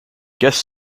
guest